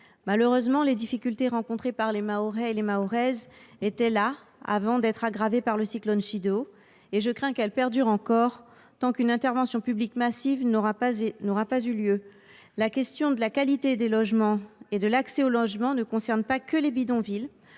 Malheureusement, les difficultés rencontrées par les Mahorais étaient là avant d’être aggravées par le cyclone Chido, et je crains qu’elles ne perdurent encore tant qu’une intervention publique massive n’aura pas eu lieu. La question de la qualité des logements et de l’accès à ces derniers ne concerne pas que les bidonvilles